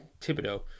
Thibodeau